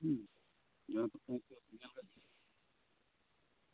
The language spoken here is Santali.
ᱦᱩᱸ